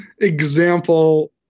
example